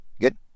Good